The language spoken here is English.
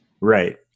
Right